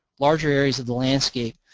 larger areas of the landscape